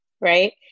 right